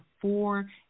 four